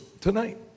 tonight